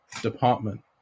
department